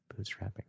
bootstrapping